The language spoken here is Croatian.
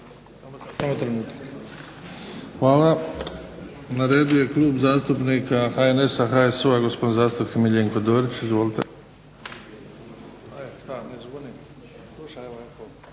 Hvala. Na redu je Klub zastupnika HNS-a, HSU-a gospodin zastupnik Miljenko Dorić. Izvolite.